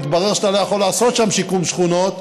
מתברר שאתה לא יכול לעשות שם שיקום שכונות,